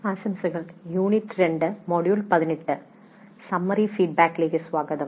ആശംസകൾ unit 2 module 18 summary ഫീഡ്ബാക്കിലേക്ക് സ്വാഗതം